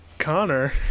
Connor